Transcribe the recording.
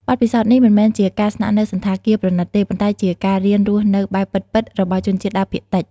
បទពិសោធន៍នេះមិនមែនជាការស្នាក់នៅសណ្ឋាគារប្រណីតទេ ប៉ុន្តែជាការរៀនរស់នៅបែប ពិតៗ របស់ជនជាតិដើមភាគតិច។